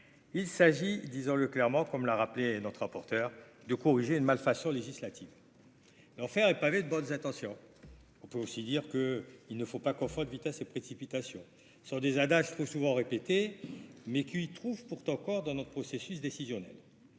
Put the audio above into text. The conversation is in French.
il s'agit, disons-le clairement, comme l'a rappelé, notre rapporteur de corriger une malfaçon législative enfer est pavé de bonnes intentions, on peut aussi dire que il ne faut pas confondre vitesse et précipitation sur des adages trop souvent répétée, mais qui trouve pourtant encore dans notre processus décisionnel